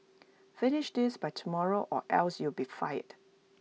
finish this by tomorrow or else you'll be fired